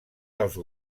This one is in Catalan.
dels